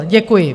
Děkuji.